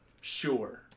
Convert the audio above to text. Sure